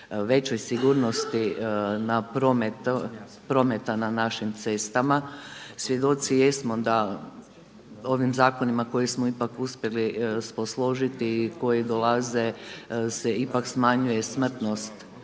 većoj sigurnosti prometa na našim cestama. Svjedoci jesmo da ovim zakonima kojima smo ipak uspjeli posložiti, koji dolaze se ipak smanjuje smrtnost